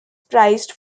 prized